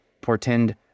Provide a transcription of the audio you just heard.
portend